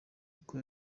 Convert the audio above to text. nkuko